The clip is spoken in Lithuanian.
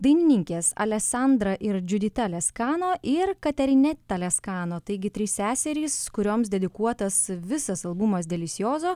dainininkės alesandra ir džiudita leskano ir katerine taleskano taigi trys seserys kurioms dedikuotas visas albumas delis juozo